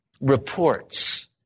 reports